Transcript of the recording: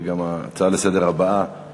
כי גם ההצעה הבאה לסדר-היום,